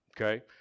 Okay